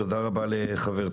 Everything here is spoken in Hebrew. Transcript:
תודה רבה לחברתי,